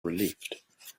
relieved